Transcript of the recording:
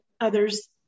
others